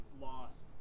lost